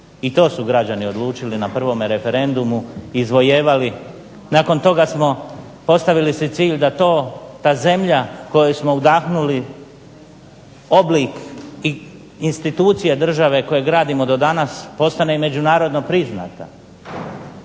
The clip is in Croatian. I to su građani odlučili na prvome referendumu i izvojevali. Nakon toga smo postavili si cilj da to ta zemlja kojoj smo udahnuli oblik i institucije države koje gradimo do danas postane i međunarodno priznata.